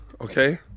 okay